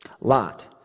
Lot